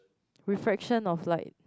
reflection of like